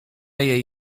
jej